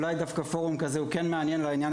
ואולי דווקא בפורום כזה הוא כן מעניין לעניין